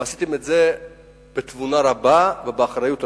ועשיתם את זה בתבונה רבה ובאחריות רבה,